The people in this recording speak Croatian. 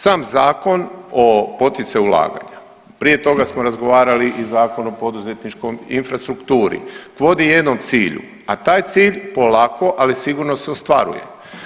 Sam Zakon o poticaju ulaganja, prije toga smo razgovarali i Zakon o poduzetničkoj infrastrukturi, vodi jednom cilju, a taj cilj polako, ali sigurno se ostvaruje.